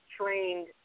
trained